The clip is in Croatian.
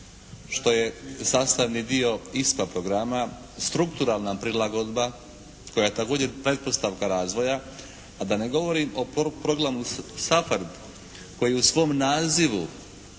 što je sastavni dio ISPA programa, strukturalna prilagodba koja je također pretpostavka razvoja, a da ne govorim o programu SAPHARD koji u svom nazivu,